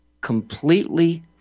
completely